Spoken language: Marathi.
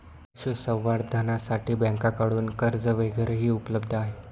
पशुसंवर्धनासाठी बँकांकडून कर्ज वगैरेही उपलब्ध आहे